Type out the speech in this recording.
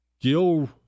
Gil